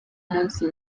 umunsi